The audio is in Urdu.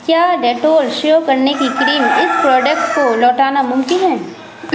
کیا ڈیٹول شیو کرنے کی کریم اس پروڈکٹ کو لوٹانا ممکن ہے